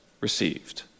received